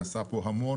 נעשה המון,